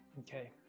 Okay